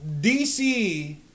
DC